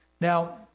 Now